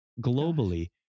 globally